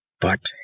But